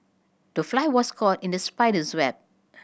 the fly was caught in the spider's web